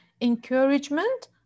encouragement